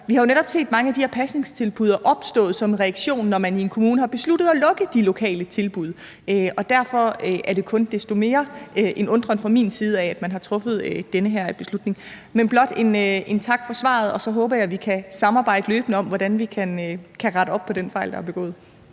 Vi har jo netop set, at mange af de her pasningstilbud er opstået som en reaktion på, at man i en kommune har besluttet at lukke de lokale tilbud, og derfor er det kun desto mere en undren fra min side over, at man har truffet den her beslutning. Men blot en tak for svaret. Og så håber jeg, at vi kan samarbejde løbende om, hvordan vi kan rette op på den fejl, der er begået.